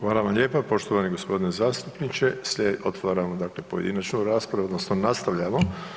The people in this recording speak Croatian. Hvala vam lijepo poštovani g. zastupniče. .../nerazumljivo/... otvaram dakle pojedinačnu raspravu, odnosno nastavljamo.